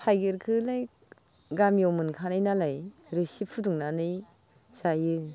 थाइगिरखौलाय गामियाव मोनखानाय नालाय रोसि फुदुंनानै जायो